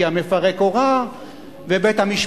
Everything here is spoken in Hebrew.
כי המפרק הורה ובית-המשפט,